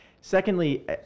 Secondly